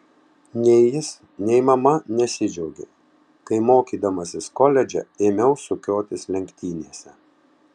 nei jis nei mama nesidžiaugė kai mokydamasis koledže ėmiau sukiotis lenktynėse